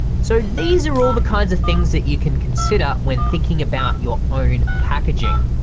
so these are all the kinds of things that you can consider when thinking about your own packaging.